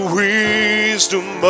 wisdom